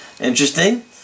interesting